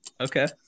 Okay